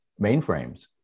mainframes